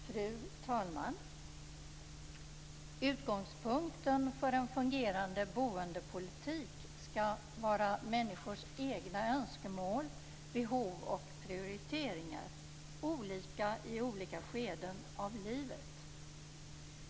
Fru talman! Utgångspunkten för en fungerande boendepolitik ska vara människors egna önskemål, behov och prioriteringar, olika i olika skeden av livet.